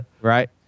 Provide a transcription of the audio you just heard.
Right